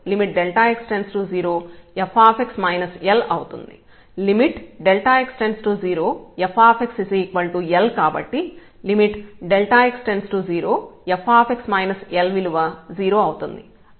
x→0fx L కాబట్టి x→0f L విలువ 0 అవుతుంది